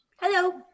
Hello